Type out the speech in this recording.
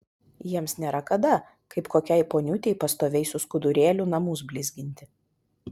jiems nėra kada kaip kokiai poniutei pastoviai su skudurėliu namus blizginti